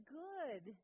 good